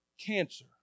cancer